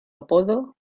apodo